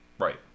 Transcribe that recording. right